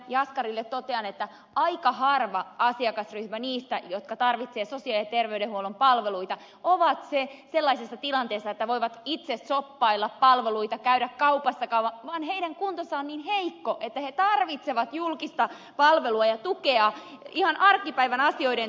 jaskarille totean että aika harvat asiakkaat niistä asiakasryhmistä jotka tarvitsevat sosiaali ja terveydenhuollon palveluita ovat sellaisessa tilanteessa että voivat itse shoppailla palveluita käydä kaupassakaan vaan heidän kuntonsa on niin heikko että he tarvitsevat julkista palvelua ja tukea ihan arkipäivän asioiden toteuttamiseen